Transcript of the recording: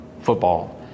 football